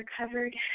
recovered